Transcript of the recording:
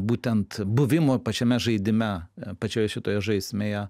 būtent buvimo pačiame žaidime pačioje šitoje žaismėje